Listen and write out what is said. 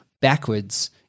backwards